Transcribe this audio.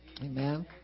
Amen